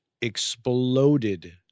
exploded